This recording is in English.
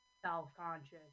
self-conscious